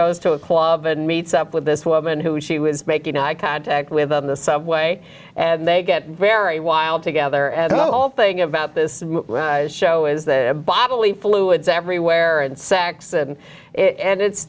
goes to a club and meets up with this woman who she was making eye contact with on the subway and they get very wild together and all thing about this show is that bodily fluids everywhere and sex and and it's